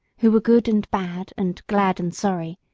who were good and bad, and glad and sorry,